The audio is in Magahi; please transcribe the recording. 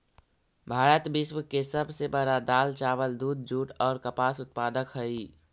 भारत विश्व के सब से बड़ा दाल, चावल, दूध, जुट और कपास उत्पादक हई